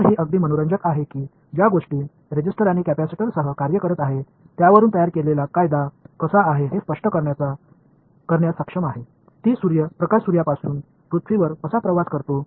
तर हे अगदी मनोरंजक आहे की ज्या गोष्टी रेजिस्टर आणि कॅपेसिटरसह कार्य करत आहेत त्यावरून तयार केलेला कायदा कसा आहे हे स्पष्ट करण्यास सक्षम आहे की प्रकाश सूर्यापासून पृथ्वीवर कसा प्रवास करतो